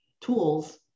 tools